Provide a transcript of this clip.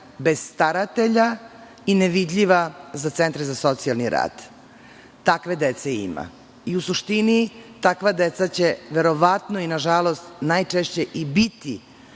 bez staratelja i nevidljiva za centre za socijalni rad. Takve dece ima i u suštini takva deca će verovatno i na žalost najčešće biti